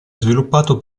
sviluppato